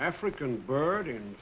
african burden